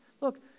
look